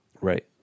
Right